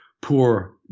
poor